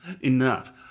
Enough